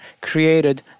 created